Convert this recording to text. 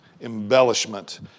embellishment